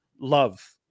love